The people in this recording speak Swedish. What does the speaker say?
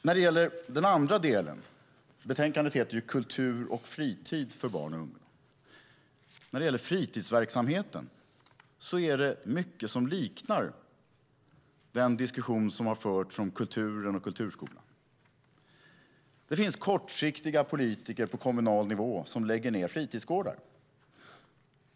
När det gäller den andra delen, alltså fritidsverksamheten - betänkandet heter ju Kultur och fritid för barn och unga - är det mycket som liknar den diskussion som har förts om kulturen och kulturskolan. Det finns politiker på kommunal nivå som tänker kortsiktigt och lägger ned fritidsgårdar.